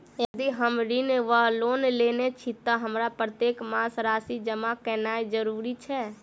यदि हम ऋण वा लोन लेने छी तऽ हमरा प्रत्येक मास राशि जमा केनैय जरूरी छै?